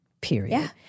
period